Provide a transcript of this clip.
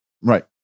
Right